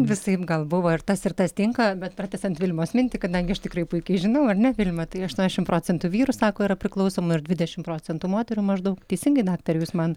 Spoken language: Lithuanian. visaip gal buvo ir tas ir tas tinka bet pratęsiant vilmos mintį kadangi aš tikrai puikiai žinau ar ne vilma tai aštuoniasdešimt procentų vyrų sako yra priklausomi ir dvidešimt procentų moterų maždaug teisingai daktare jūs man